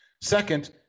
Second